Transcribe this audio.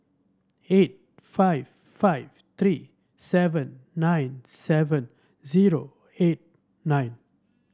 eight five five three seven nine seven zero eight nine